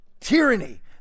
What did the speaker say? tyranny